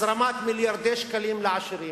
הזרמת מיליארדי שקלים לעשירים,